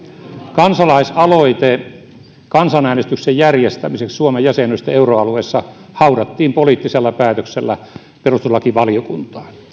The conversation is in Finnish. kansalaisaloite kansanäänestyksen järjestämiseksi suomen jäsenyydestä euroalueessa haudattiin poliittisella päätöksellä perustuslakivaliokuntaan